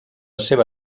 seva